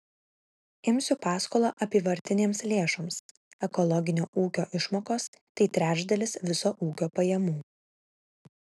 imsiu paskolą apyvartinėms lėšoms ekologinio ūkio išmokos tai trečdalis viso ūkio pajamų